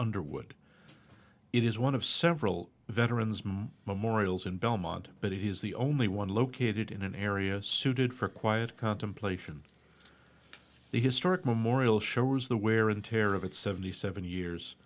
underwood it is one of several veterans my memorials in belmont but it is the only one located in an area suited for quiet contemplation the historic memorial shows the wear and tear of its seventy seven years